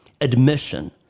admission